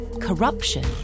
corruption